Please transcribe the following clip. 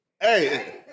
Hey